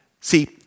See